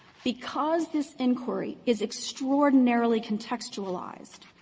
because this inquiry is extraordinarily contextualized,